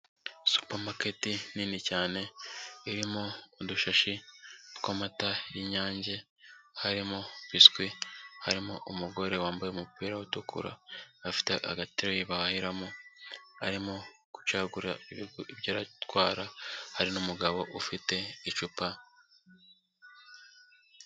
Supa maketi nini cyane irimo udushashi tw'amata y'Inyange, harimo biswi harimo umugore wambaye umupira utukura afite agatebe bahahiramo, harimo gucagura ibyo aratwara hari n'umugabo ufite icupa.